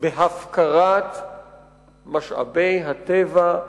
בהפקרת משאבי הטבע,